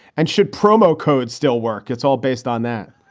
and should promo codes still work? it's all based on that